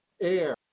air